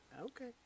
Okay